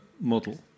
model